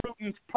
Putin's